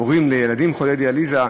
הורים לילדים חולי דיאליזה,